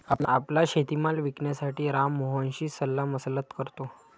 आपला शेतीमाल विकण्यासाठी राम मोहनशी सल्लामसलत करतो